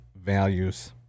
values